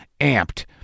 amped